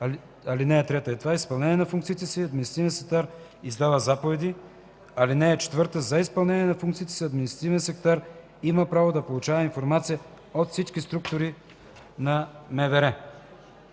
(3) В изпълнение на функциите си административният секретар издава заповеди. (4) За изпълнение на функциите си административният секретар има право да получава информация от всички структури на МВР.